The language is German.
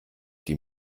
die